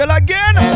again